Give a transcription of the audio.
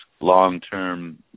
long-term